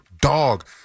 dog